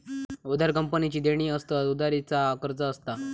उधार कंपनीची देणी असतत, उधारी चा कर्ज असता